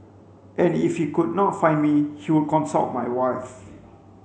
and if he could not find me he would consult my wife